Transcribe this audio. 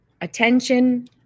attention